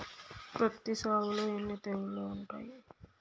పత్తి సాగులో ఎన్ని తెగుళ్లు ఉంటాయి?